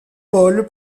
paul